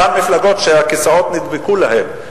אותן מפלגות שהכיסאות נדבקו אליהן,